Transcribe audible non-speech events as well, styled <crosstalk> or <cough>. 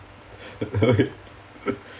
<laughs>